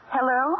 Hello